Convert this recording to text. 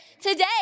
today